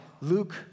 Luke